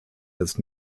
des